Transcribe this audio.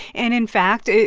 and in fact,